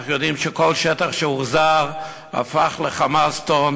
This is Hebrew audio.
אנחנו יודעים שכל שטח שהוחזר הפך ל"חמאסטן",